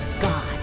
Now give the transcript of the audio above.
God